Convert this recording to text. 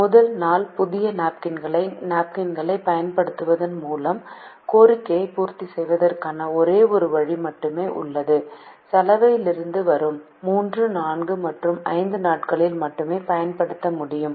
முதல் நாள் புதிய நாப்கின்கள் நாப்கின்களைப் பயன்படுத்துவதன் மூலம் கோரிக்கையை பூர்த்தி செய்வதற்கான ஒரே ஒரு வழி மட்டுமே உள்ளது சலவையிலிருந்து வரும் 3 4 மற்றும் 5 நாட்களில் மட்டுமே பயன்படுத்த முடியும்